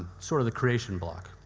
sort of the creation block.